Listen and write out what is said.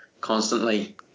constantly